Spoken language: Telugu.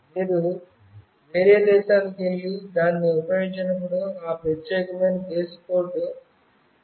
మీరు వేరే దేశానికి వెళ్లి దాన్ని ఉపయోగించినప్పుడు ఆ ప్రత్యేకమైన దేశ కోడ్ దానికి జోడించబడుతుంది